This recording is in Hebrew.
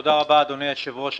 תודה רבה, אדוני היושב-ראש.